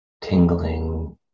tingling